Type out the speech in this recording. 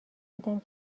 بودم